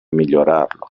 migliorarlo